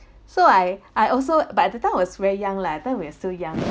so I I also but at that time I was very young lah at that time we are still young